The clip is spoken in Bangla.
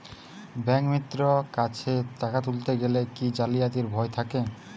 ব্যাঙ্কিমিত্র কাছে টাকা তুলতে গেলে কি জালিয়াতির ভয় থাকে?